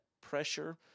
pressure